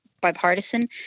Bipartisan